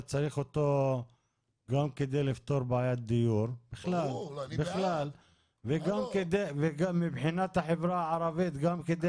היה צריך אותו גם כדי לפתור בעיית דיור בכלל וגם מבחינת החברה הערבית כדי